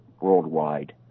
worldwide